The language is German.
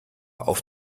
auf